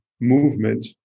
movement